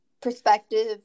perspective